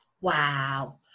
Wow